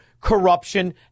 corruption